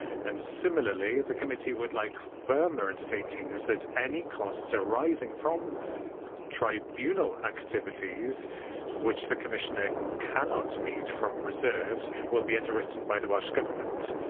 and similarly, the committee would like firmer undertakings that any costs arising from tribunal activities that the commissioner cannot meet from reserves will be underwritten by the welsh government.